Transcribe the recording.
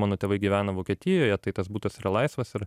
mano tėvai gyvena vokietijoje tai tas butas yra laisvas ir